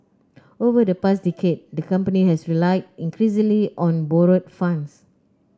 over the past decade the company has relied increasingly on borrowed funds